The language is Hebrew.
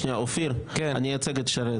אופיר, אני אייצג את שרן.